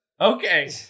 Okay